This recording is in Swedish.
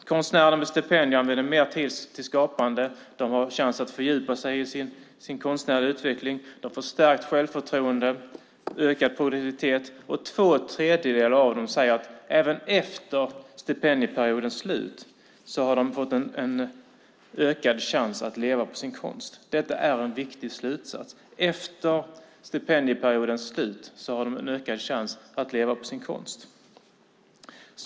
Konstnärer med stipendier använder mer tid till skapande, har chans att fördjupa sig i sin konstnärliga utveckling och får stärkt självförtroende och ökad produktivitet, och två tredjedelar av dem säger att de även efter stipendieperiodens slut har fått en ökad chans att leva på sin konst. Detta är en viktig slutsats: Efter stipendieperiodens slut har de en ökad chans att leva på sin konst.